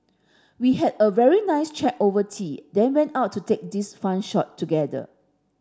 we had a very nice chat over tea then went out to take this fun shot together